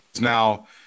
now